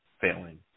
failing